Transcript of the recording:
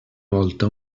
volta